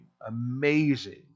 Amazing